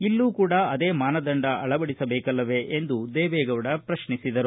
ಇಲ್ಲೂ ಕೂಡಾ ಅದೇ ಮಾನದಂಡ ಅಳವಡಿಸಬೇಕಲ್ಲವೇ ಎಂದು ದೇವೆಗೌಡ ಪ್ರತ್ನಿಸಿದರು